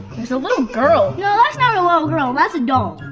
there's little girl. no, that's not a little girl. that's a doll.